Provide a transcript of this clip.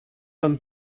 kan